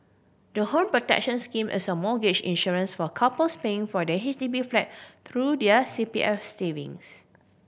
the Home Protection Scheme is a mortgage insurance for couples paying for their H D B flat through their C P F savings